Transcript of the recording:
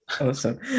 Awesome